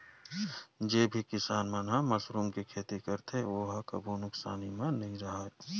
जेन भी किसान मन ह मसरूम के खेती करथे ओ ह कभू नुकसानी म नइ राहय